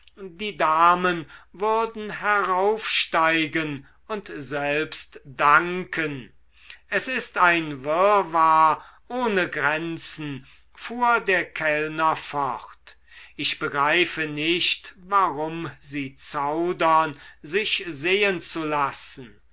die damen würden heraufsteigen und selbst danken es ist ein wirrwarr ohne grenzen fuhr der kellner fort ich begreife nicht warum sie zaudern sich sehen zu lassen